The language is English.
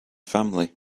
family